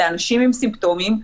לאנשים עם סימפטומים,